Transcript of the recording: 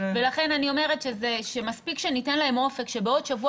לכן אני אומרת שמספיק שניתן להם אופק שבעוד שבוע